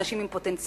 אנשים עם פוטנציאל.